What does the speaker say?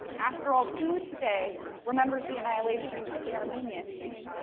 after all, who today remembers the annihilation of the armenians? meaning,